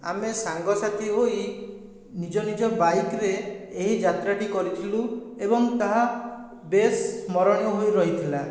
ଆମେ ସାଙ୍ଗସାଥି ହୋଇ ନିଜ ନିଜ ବାଇକ୍ରେ ଏହି ଯାତ୍ରାଟି କରିଥିଲୁ ଏବଂ ତାହା ବେଶ୍ ସ୍ମରଣୀୟ ହୋଇ ରହିଥିଲା